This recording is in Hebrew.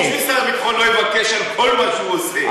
ברור שמשרד הביטחון לא יבקש על כל מה שהוא עושה.